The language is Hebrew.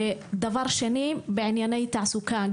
דבר שני גם בענייני תעסוקה,